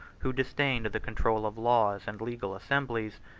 who disdained the control of laws and legal assemblies,